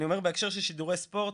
אני אומר בהקשר של שידורי ספורט,